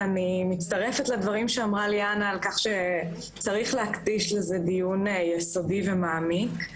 אני מצטרפת לדבריה של ליאנה על כך שצריך להקדיש לזה דיון יסודי ומעמיק.